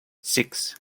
six